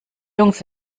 jungs